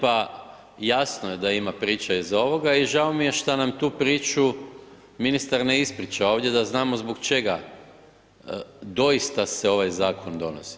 Hvala lijepo, jasno je da ima priča iz ovoga i žao mi je što nam tu priča, ministar ne ispriča ovdje da znamo zbog čega doista se ovaj zakon donosi.